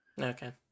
Okay